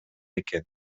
экен